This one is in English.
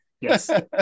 Yes